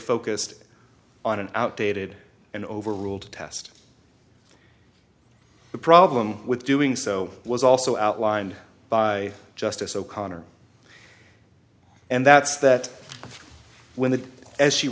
focused on an outdated and over rule test the problem with doing so was also outlined by justice o'connor and that's that when the as she